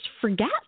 forget